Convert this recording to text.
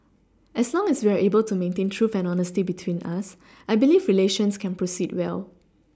as long as we are able to maintain trust and honesty between us I believe relations can proceed well